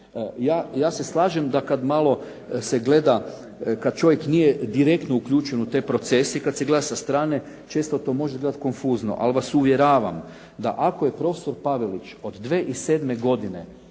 Ja se slažem da kad malo se gleda, kad čovjek nije direktno uključen u taj proces i kad se gleda sa strane, često to može gledati konfuzno, ali vas uvjeravam da ako je profesor Pavelić od 2007. godine